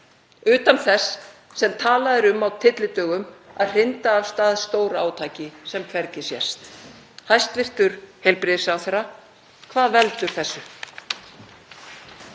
utan þess sem talað er um á tyllidögum að hrinda af stað stórátaki sem hvergi sést. Hæstv. heilbrigðisráðherra. Hvað veldur þessu?